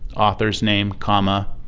author's name, comma,